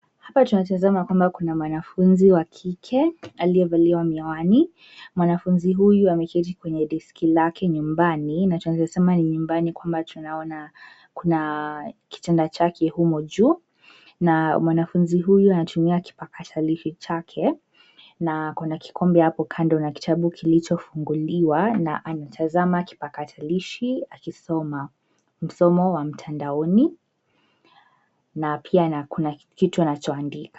Hapa tunatazama kwamba kuna mwanafunzi wa kike aliyevalia miwani. Mwanafunzi huyu ameketi kwenye deski lake nyumbani na tunaweza sema ni nyumbani kwamba tunaona kuna kitanda chake humo juu na mwanafunzi huyu anatumia kipakatalishi chake na akona kikombe hapo kando na kitabu kilichofunguliwa na anatazama kipakatalishi akisoma. Msomo wa mtandaoni na pia kuna kitu anachoandika.